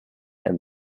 and